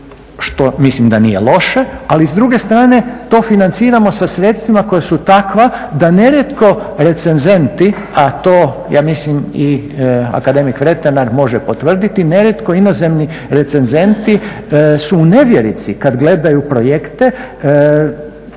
što mislim da nije loše, ali s druge strane to financiramo sa sredstvima koja su takva da nerijetko recenzenti, a to ja mislim i akademik Vretenar može potvrditi, nerijetko inozemni recenzenti su u nevjerici kad gledaju projekte